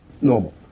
normal